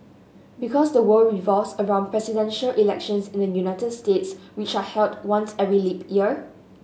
because the world revolves around presidential elections in the United States which are held once every leap year